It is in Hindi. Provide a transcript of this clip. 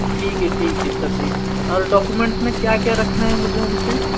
ठीक है ठीक है सर जी और डॉक्यूमेंट्स में क्या क्या रखना है मुझे उनसे